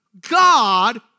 God